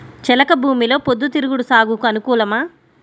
చెలక భూమిలో పొద్దు తిరుగుడు సాగుకు అనుకూలమా?